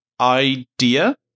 idea